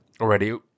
already